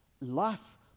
life